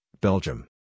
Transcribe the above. Belgium